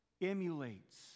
emulates